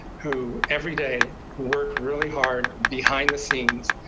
who every day worked really hard behind the scenes.